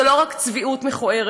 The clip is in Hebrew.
זה לא רק צביעות מכוערת,